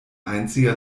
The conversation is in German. einzige